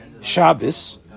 Shabbos